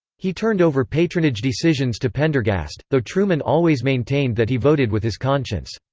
he turned over patronage decisions to pendergast, though truman always maintained that he voted with his conscience.